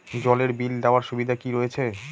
জলের বিল দেওয়ার সুবিধা কি রয়েছে?